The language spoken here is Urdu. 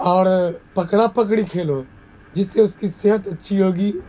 اور پکڑا پکڑی کھیلو جس سے اس کی صحت اچھی ہوگی